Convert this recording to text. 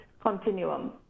continuum